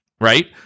right